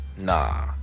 Nah